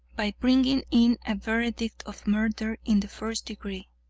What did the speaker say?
by bringing in a verdict of murder in the first degree.